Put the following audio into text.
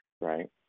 Right